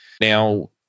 Now